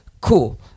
cool